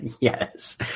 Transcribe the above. yes